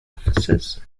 officers